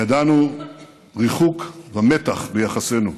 ידענו ריחוק ומתח ביחסינו.